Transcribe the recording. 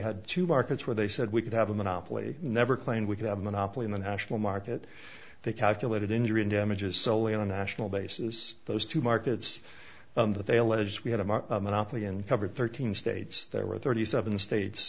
had two markets where they said we could have a monopoly never claimed we could have a monopoly in the national market they calculated injury and damages solely on national basis those two markets that they alleged we had a monopoly and covered thirteen states there were thirty seven states